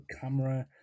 camera